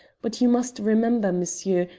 but you must remember, monsieur,